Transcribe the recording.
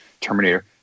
Terminator